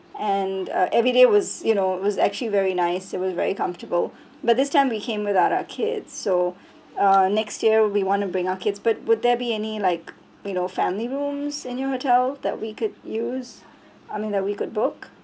and uh everyday was you know was actually very nice it was very comfortable but this time we came without our kids so uh next year we want to bring our kids but would there be any like you know family rooms in your hotel that we could use I mean that we could book